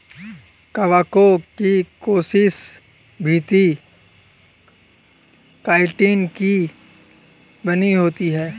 कवकों की कोशिका भित्ति काइटिन की बनी होती है